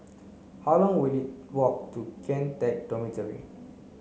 how long will it walk to Kian Teck Dormitory